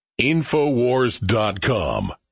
Infowars.com